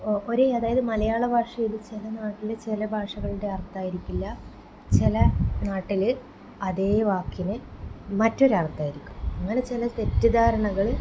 O ഒരേ അതായത് മലയാള ഭാഷയിൽ ചില നാട്ടിലെ ചില ഭാഷകളുടെ അർഥം ആയിരിക്കില്ല ചില നാട്ടിൽ അതേ വാക്കിന് മറ്റൊരർഥം ആയിരിക്കും അങ്ങനെ ചില തെറ്റിദ്ധാരണകൾ